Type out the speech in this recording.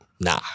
nah